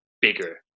bigger